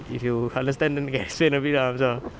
if you understand then you can explain a bit lah macam